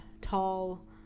tall